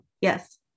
yes